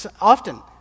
often